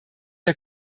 der